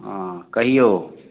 हँ कहियौ